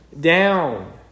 down